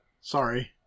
Sorry